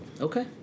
Okay